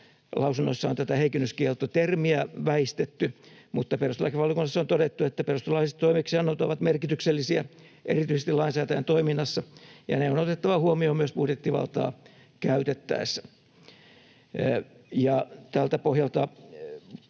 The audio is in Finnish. lausunnossa on tätä heikennyskielto-termiä väistetty, mutta perustuslakivaliokunnassa on todettu, että perustuslailliset toimeksiannot ovat merkityksellisiä erityisesti lainsäätäjän toiminnassa ja ne on otettava huomioon myös budjettivaltaa käytettäessä. Tältä pohjalta